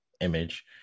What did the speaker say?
image